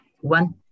one